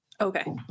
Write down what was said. Okay